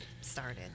started